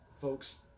folks